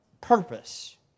purpose